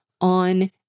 on